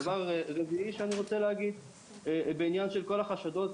דבר רביעי שאני רוצה להגיד בעניין החשדות,